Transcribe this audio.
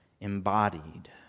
embodied